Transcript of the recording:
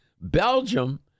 Belgium